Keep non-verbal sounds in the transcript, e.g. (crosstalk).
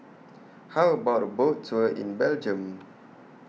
(noise) How about A Boat Tour in Belgium (noise)